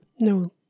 no